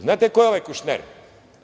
Znate li ko je ovaj Kušner?